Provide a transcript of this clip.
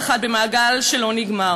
ואז עוד אחת ועוד אחת במעגל שלא נגמר,